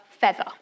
feather